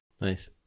Nice